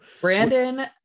Brandon